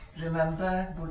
remember